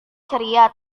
ceria